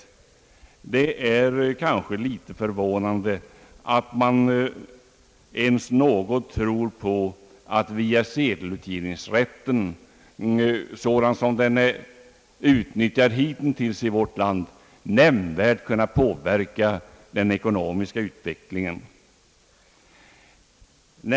Det är förvånande att man ens något tror på att via sedelutgivningsrätten, sådan som den är utnyttjad hitintills i vårt land, nämnvärt kunna påverka den ekonomiska utvecklingen.